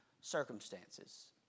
circumstances